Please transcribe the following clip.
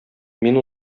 мин